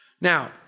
Now